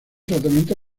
tratamiento